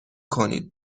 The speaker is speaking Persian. کنید